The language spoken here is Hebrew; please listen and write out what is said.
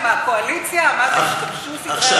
אתה קורא